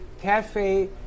cafe